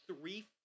three